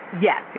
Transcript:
Yes